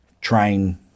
train